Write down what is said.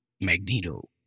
Magneto